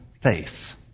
faith